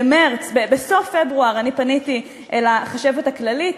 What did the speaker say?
בסוף פברואר אני פניתי לחשבת הכללית,